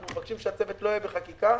אנחנו מבקשים שהצוות לא יהיה בחקיקה.